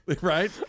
Right